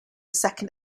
second